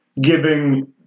giving